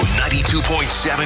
92.7